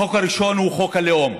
החוק הראשון הוא חוק הלאום.